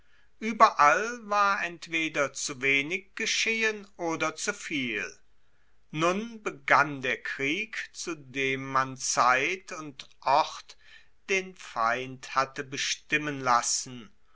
ueberall war entweder zu wenig geschehen oder zu viel nun begann der krieg zu dem man zeit und ort den feind hatte bestimmen lassen